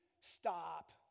Stop